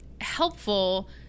helpful